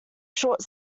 short